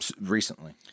recently